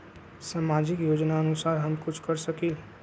सामाजिक योजनानुसार हम कुछ कर सकील?